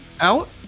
out